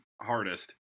hardest